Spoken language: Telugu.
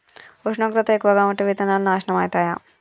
ఉష్ణోగ్రత ఎక్కువగా ఉంటే విత్తనాలు నాశనం ఐతయా?